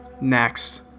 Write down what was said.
Next